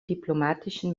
diplomatischen